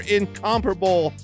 incomparable